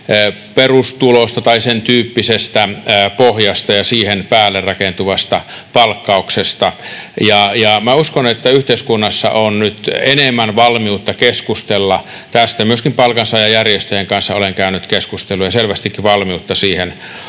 perustulosta tai sen tyyppisestä pohjasta ja siihen päälle rakentuvasta palkkauksesta. Minä uskon, että yhteiskunnassa on nyt enemmän valmiutta keskustella tästä. Myöskin palkansaajajärjestöjen kanssa olen käynyt keskusteluja. Selvästikin valmiutta siihen on